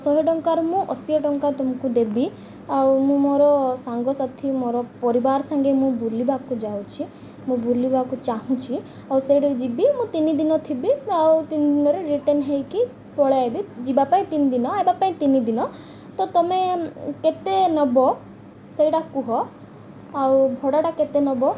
ଶହେ ଟଙ୍କାର ମୁଁ ଅଶି ଟଙ୍କା ତୁମକୁ ଦେବି ଆଉ ମୁଁ ମୋର ସାଙ୍ଗସାଥି ମୋର ପରିବାର ସାଙ୍ଗେ ମୁଁ ବୁଲିବାକୁ ଯାଉଛି ମୁଁ ବୁଲିବାକୁ ଚାହୁଁଛି ଆଉ ସେଇଠି ଯିବି ମୁଁ ତିନି ଦିନ ଥିବି ଆଉ ତିନି ଦିନରେ ରିଟର୍ଣ୍ଣ ହେଇକି ପଳାଇବି ଯିବା ପାଇଁ ତିନି ଦିନ ଆସିବା ପାଇଁ ତିନି ଦିନ ତ ତୁମେ କେତେ ନେବ ସେଇଟା କୁହ ଆଉ ଭଡ଼ାଟା କେତେ ନେବ